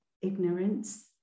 ignorance